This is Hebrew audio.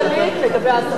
אתם אשמים, ולא הם.